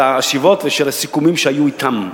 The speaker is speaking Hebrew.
של הישיבות ושל הסיכומים שהיו אתם.